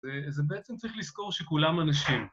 זה בעצם צריך לזכור שכולם אנשים.